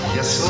Yes